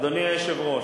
אדוני היושב-ראש,